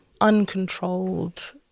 uncontrolled